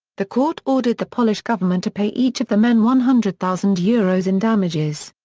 the court ordered the polish government to pay each of the men one hundred thousand euros in damages.